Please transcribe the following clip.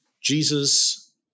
Jesus